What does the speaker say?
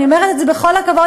אני אומרת את זה בכל הכבוד,